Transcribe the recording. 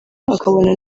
akabona